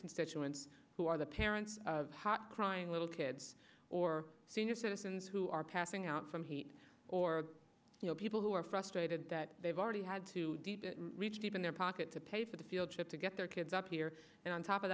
constituents who are the parents of hot crying little kids or senior citizens who are passing out from heat or you know people who are frustrated that they've already had to reach deep in their pocket to pay for the field trip to get their kids up here and on top of